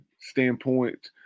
standpoint